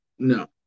No